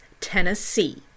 Tennessee